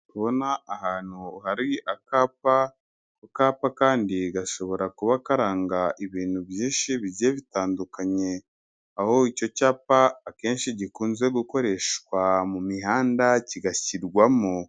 Ndi kubona hantu hari akapa ako kapa kandi gashobora kuba karanga ibintu byinshi bigiye bitandukanye, aho icyo cyapa akenshi gikunze gukoreshwa mu mihanda kigashyirwamo.